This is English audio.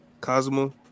Cosmo